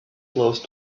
close